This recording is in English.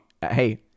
Hey